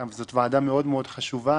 זאת ועדה מאוד מאוד חשובה,